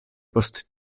post